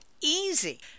easy